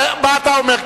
מה אתה אומר,